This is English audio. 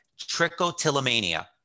trichotillomania